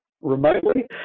remotely